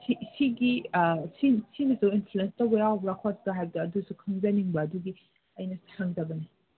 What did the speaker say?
ꯁꯤꯒꯤ ꯁꯤꯒꯤꯁꯨ ꯏꯟꯐ꯭ꯂꯨꯑꯦꯟꯁ ꯇꯧꯕ ꯌꯥꯎꯕ꯭ꯔꯥ ꯈꯣꯠꯄ꯭ꯔꯥ ꯍꯥꯏꯕꯗꯣ ꯑꯗꯨꯁꯨ ꯈꯪꯖꯅꯤꯡꯕ ꯑꯗꯨꯒꯤ ꯑꯩꯅ ꯍꯪꯖꯕꯅꯦ